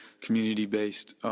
community-based